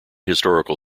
historical